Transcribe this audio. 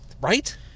Right